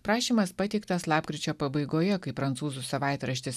prašymas pateiktas lapkričio pabaigoje kai prancūzų savaitraštis